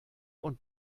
und